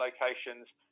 locations